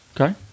Okay